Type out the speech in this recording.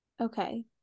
Okay